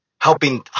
helping